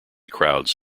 crowds